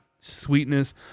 sweetness